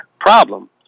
problem